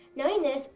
knowing this,